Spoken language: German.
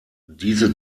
diese